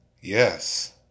Yes